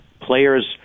players –